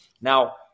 Now